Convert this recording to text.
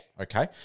Okay